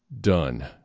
done